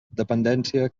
dependència